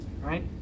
right